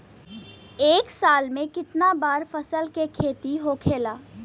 एक साल में कितना बार फसल के खेती होखेला?